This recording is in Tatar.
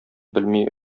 белми